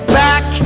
back